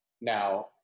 now